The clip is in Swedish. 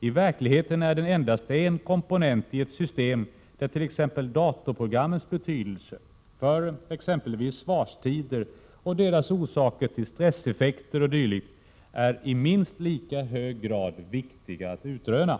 I verkligheten är den endast en komponent i ett system, där t.ex. datorprogrammens betydelse för exempelvis svarstider och deras upphov till stresseffekter och dylikt är i minst lika hög grad viktiga att utröna.